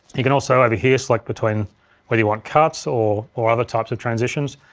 you can also, over here, select between whether you want cuts or or other types of transitions.